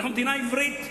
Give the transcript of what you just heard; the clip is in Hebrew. אנחנו מדינה עברית.